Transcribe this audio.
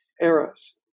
eras